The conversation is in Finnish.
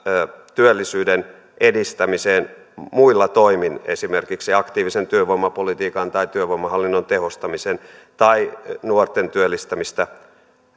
työllisyyden edistämiseen muilla toimin esimerkiksi aktiivisen työvoimapolitiikan tai työvoimahallinnon tehostamisen tai nuorten työllistämistä